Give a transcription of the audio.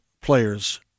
players